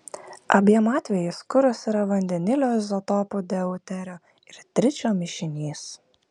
abiem atvejais kuras yra vandenilio izotopų deuterio ir tričio mišinys